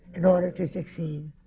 in order to succeed.